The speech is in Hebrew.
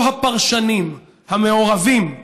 לא הפרשנים, המעורבים,